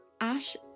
Ash